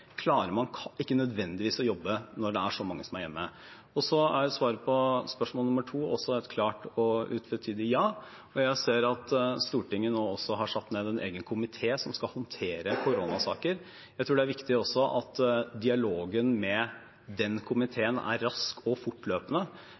klarer man ikke nødvendigvis å jobbe når det er så mange som er hjemme. Svaret på spørsmål nummer to er også et klart og utvetydig ja. Og jeg ser at Stortinget nå også har satt ned en egen komité som skal håndtere koronasaker. Jeg tror det er viktig at dialogen med den